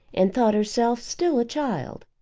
and thought herself still a child.